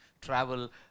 travel